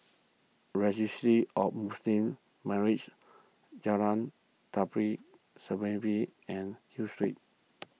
Registry of Muslim Marriages Jalan Tari Serimpi and Hill Street